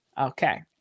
okay